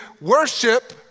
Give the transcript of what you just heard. worship